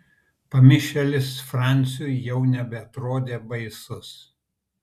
pamišėlis franciui jau nebeatrodė baisus